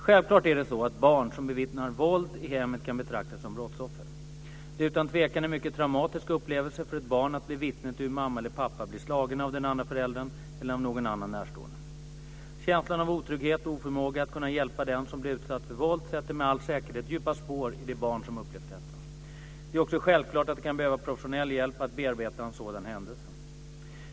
Självklart är det så att barn som bevittnar våld i hemmet kan betraktas som brottsoffer. Det är utan tvekan en mycket traumatisk upplevelse för ett barn att bli vittne till hur mamma eller pappa blir slagen av den andre föräldern eller av någon annan närstående. Känslan av otrygghet och oförmågan att kunna hjälpa den som blir utsatt för våld sätter med all säkerhet djupa spår i de barn som upplevt detta. Det är också självklart att de kan behöva professionell hjälp att bearbeta en sådan händelse.